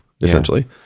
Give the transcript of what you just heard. essentially